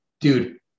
dude